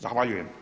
Zahvaljujem.